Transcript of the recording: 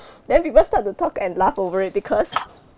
then people start to talk and laugh over it because